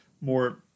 more